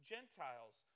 Gentiles